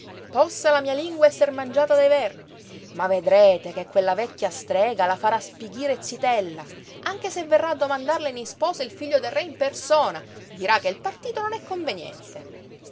possa la mia lingua esser mangiata dai vermi ma vedrete che quella vecchia strega la farà spighire zitella anche se verrà a domandarla in isposa il figlio del re in persona dirà che il partito non è conveniente